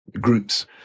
groups